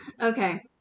okay